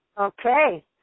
Okay